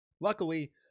Luckily